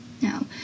no